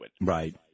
Right